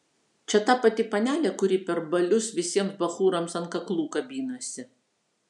čia ta pati panelė kuri per balius visiems bachūrams ant kaklų kabinasi